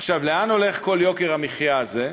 עכשיו, לאן הולך כל יוקר המחיה הזה,